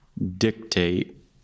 dictate